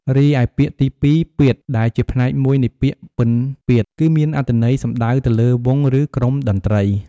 រីឯពាក្យទីពីរ"ពាទ្យ" ដែលជាផ្នែកមួយនៃពាក្យ "ពិណពាទ្យ" គឺមានអត្ថន័យសំដៅទៅលើ វង់ ឬ ក្រុមតន្ត្រី។